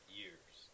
years